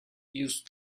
use